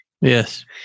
Yes